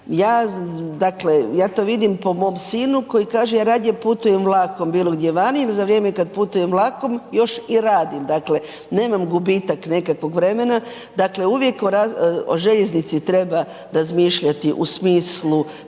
ja to vidim po mom sinu kaže ja radije putujem vlakom bilo gdje vani jer za vrijeme kad putujem vlakom još i radim, dakle nemam gubitak nekakvog vremena. Dakle uvijek o željeznici treba razmišljati u smislu